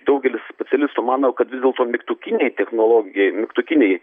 daugelis specialistų mano kad vis dėlto mygtukiniai technologijai mygtukiniai